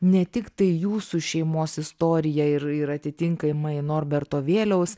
ne tiktai jūsų šeimos istorija ir ir atitinkamai norberto vėliaus